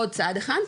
עוד צעד אחד.